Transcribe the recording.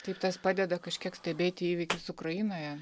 taip tas padeda kažkiek stebėti įvykius ukrainoje